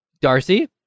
darcy